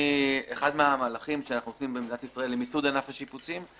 אחד המהלכים שאנו עושים במדינת ישראל הוא מיסוד ענף השיפוצים,